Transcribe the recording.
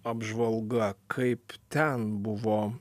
apžvalga kaip ten buvo